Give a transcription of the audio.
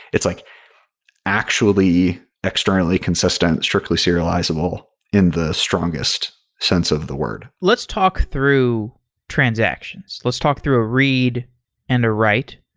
it's like actually externally consistent, strictly serializable in the strongest sense of the word. let's talk through transactions. let's talk through a read and a write.